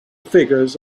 figures